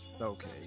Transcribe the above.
Okay